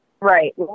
Right